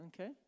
Okay